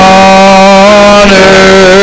honor